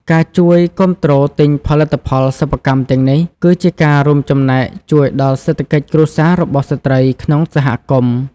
ការជួយគាំទ្រទិញផលិតផលសិប្បកម្មទាំងនេះ គឺជាការរួមចំណែកជួយដល់សេដ្ឋកិច្ចគ្រួសាររបស់ស្ត្រីក្នុងសហគមន៍។